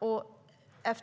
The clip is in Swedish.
När